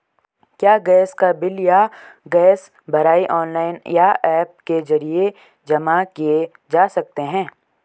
क्या गैस का बिल या गैस भराई ऑनलाइन या ऐप के जरिये जमा किये जा सकते हैं?